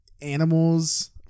animals